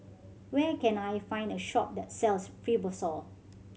where can I find a shop that sells Fibrosol